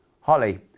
Holly